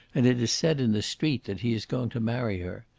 and it is said in the street that he is going to marry her.